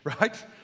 right